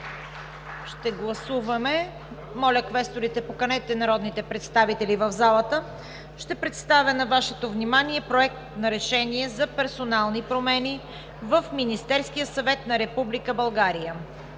ще гласуваме. Моля квесторите, поканете народните представители в залата. Ще представя на Вашето внимание: „Проект! РЕШЕНИЕ за персонални промени в Министерски съвет на Република България